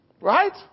Right